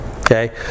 Okay